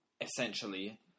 essentially